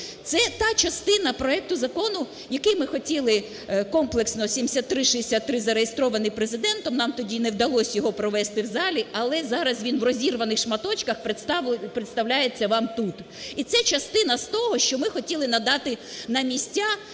Це та частина проекту закону, який ми хотіли комплексно, 7363, зареєстрований Президентом, нам тоді не вдалося його провести в залі, але зараз він в розірваних шматочках представлений... представляється вам тут. І це частина з того, що ми хотіли надати на місця